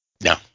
No